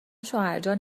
شوهرجان